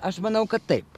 aš manau kad taip